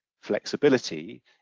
flexibility